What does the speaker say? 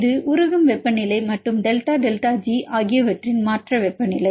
இது உருகும் வெப்பநிலை மற்றும் டெல்டா டெல்டா ஜி ஆகியவற்றின் மாற்ற வெப்பநிலை